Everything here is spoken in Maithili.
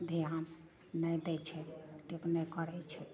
जे यहाँ नहि दै छै तऽ एतनो करबै छै